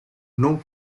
non